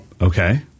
Okay